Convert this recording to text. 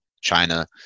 China